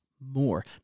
more